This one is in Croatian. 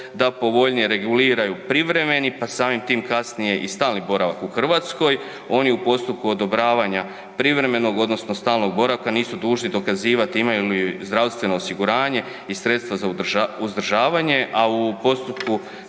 da povoljnije reguliraju privremeni, pa samim tim kasnije i stalni boravak u Hrvatskoj. Oni u postupku odobravanja privremenog odnosno stalnog boravka nisu dužni dokazivati imaju li zdravstveno osiguranje i sredstva za uzdržavanje, a u postupku